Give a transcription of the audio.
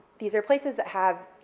these are places that have, you